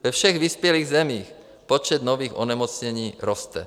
Ve všech vyspělých zemích počet nových onemocnění roste.